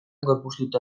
gorpuztuta